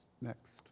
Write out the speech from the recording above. Next